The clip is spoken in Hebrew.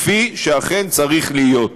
כפי שאכן צריך להיות.